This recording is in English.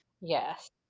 Yes